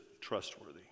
trustworthy